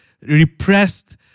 repressed